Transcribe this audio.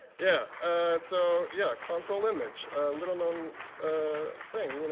yeah, a so yeah console image, a little-known ah thing. you know